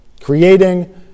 creating